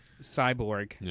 cyborg